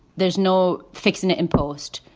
there's no fixing it, impost.